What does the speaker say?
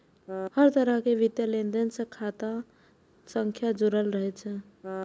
हर तरहक वित्तीय लेनदेन सं खाता संख्या जुड़ल रहै छै